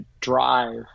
drive